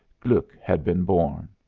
gluck had been born.